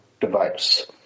device